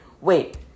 wait